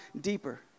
deeper